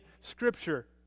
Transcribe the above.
Scripture